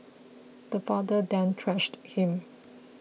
the father then thrashed him